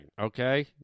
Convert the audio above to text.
Okay